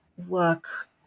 work